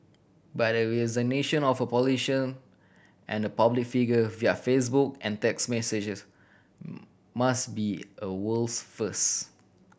but a resignation of a politician and public figure via Facebook and text messages must be a world's first